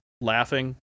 laughing